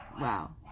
Wow